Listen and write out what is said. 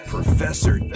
Professor